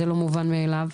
זה לא מובן מאליו.